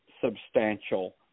substantial